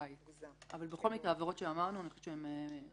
בכל מקרה העבירות שאמרנו -- על